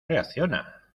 reacciona